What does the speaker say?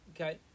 Okay